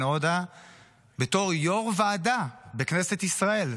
עודה בתור יו"ר ועדה בכנסת ישראל,